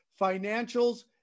financials